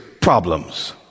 problems